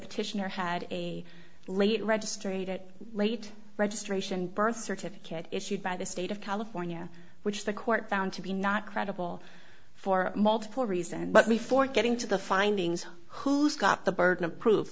petitioner had a late registry late registration birth certificate issued by the state of california which the court found to be not credible for multiple reasons but before getting to the findings who's got the burden of proof